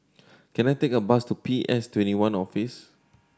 can I take a bus to P S Twenty one Office